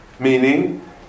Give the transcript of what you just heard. Meaning